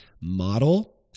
model